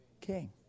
king